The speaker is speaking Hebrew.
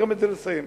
גם את זה לסיים.